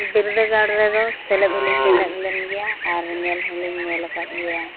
ᱵᱤᱫᱽᱫᱟᱹᱜᱟᱲ ᱨᱮᱫᱚ ᱥᱮᱞᱮᱫ ᱦᱚᱸᱧ ᱥᱮᱞᱮᱫ ᱞᱮᱱ ᱜᱮᱭᱟ ᱟᱨ ᱧᱮᱞ ᱦᱚᱸᱞᱤᱧ ᱧᱮᱞ ᱟᱠᱟᱫ ᱜᱮᱭᱟ